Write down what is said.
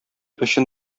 өчен